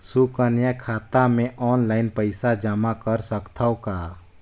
सुकन्या खाता मे ऑनलाइन पईसा जमा कर सकथव का?